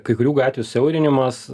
kai kurių gatvių siaurinimas